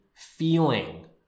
Feeling